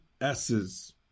S's